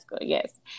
yes